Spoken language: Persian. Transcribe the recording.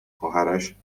خواهرش